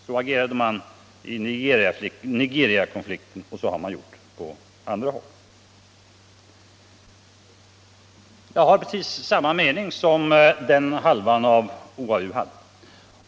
Så agerade man i Nigeriakonflikten, och så har man gjort i andra kriser. Jag har precis samma mening.